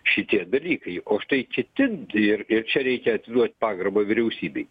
šitie dalykai o štai kiti ir ir čia reikia atiduot pagarbą vyriausybei